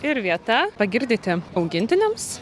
ir vieta pagirdyti augintiniams